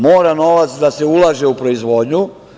Mora novac da se ulaže u proizvodnju.